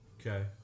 Okay